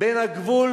בין הגבול